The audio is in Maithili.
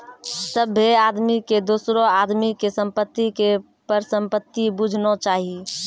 सभ्भे आदमी के दोसरो आदमी के संपत्ति के परसंपत्ति बुझना चाही